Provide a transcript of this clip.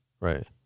Right